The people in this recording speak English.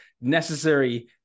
necessary